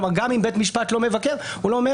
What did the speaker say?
כלומר גם אם בית המשפט לא מבקר הוא לא אומר